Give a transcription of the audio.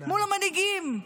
מול המנהיגים,